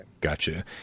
Gotcha